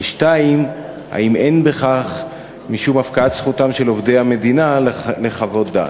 2. האם אין בכך משום הפקעת זכותם של עובדי המדינה לחוות דעת?